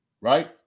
right